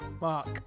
Mark